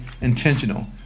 intentional